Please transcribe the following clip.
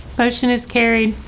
motion is carried.